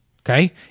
okay